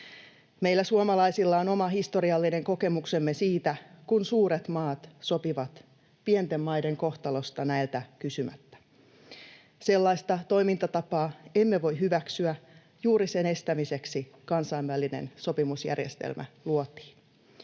Meillä suomalaisilla on oma historiallinen kokemuksemme siitä, kun suuret maat sopivat pienten maiden kohtalosta näiltä kysymättä. Sellaista toimintatapaa emme voi hyväksyä. Juuri sen estämiseksi kansainvälinen sopimusjärjestelmä luotiin: